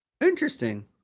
Interesting